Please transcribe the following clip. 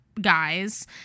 guys